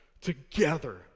together